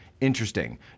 interesting